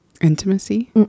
Intimacy